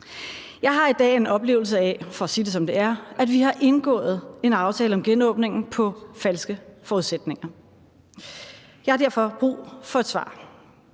Jeg har i dag – for at sige det, som det er – en oplevelse af, at vi har indgået en aftale om genåbningen på falske forudsætninger. Jeg har derfor brug for et svar: